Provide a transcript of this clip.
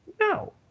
No